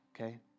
okay